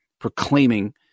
proclaiming